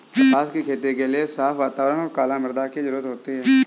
कपास की खेती के लिए साफ़ वातावरण और कला मृदा की जरुरत होती है